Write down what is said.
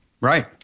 right